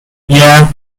yeah